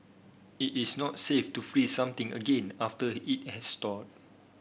it is not safe to freeze something again after it has thawed